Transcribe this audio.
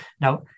Now